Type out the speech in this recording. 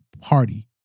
party